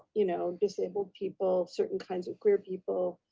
you know disabled people, certain kinds of queer people,